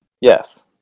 Yes